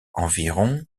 environ